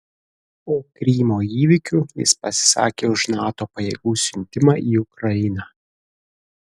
po krymo įvykių jis pasisakė už nato pajėgų siuntimą į ukrainą